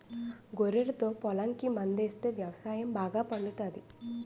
గొర్రెలతో పొలంకి మందాస్తే వ్యవసాయం బాగా పండుతాది